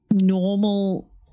normal